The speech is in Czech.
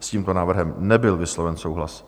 S tímto návrhem nebyl vysloven souhlas.